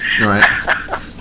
Right